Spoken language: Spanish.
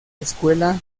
escuela